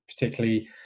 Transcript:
particularly